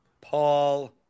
Paul